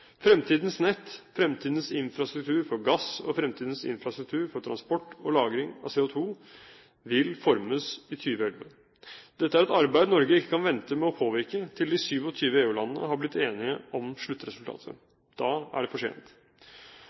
Fremtidens nett, fremtidens infrastruktur for gass og fremtidens infrastruktur for transport og lagring av CO2 vil formes i 2011. Dette er et arbeid Norge ikke kan vente med å påvirke til de 27 EU-landene har blitt enige om sluttresultatet. Da er det for sent.